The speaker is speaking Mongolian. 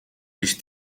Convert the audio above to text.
ийш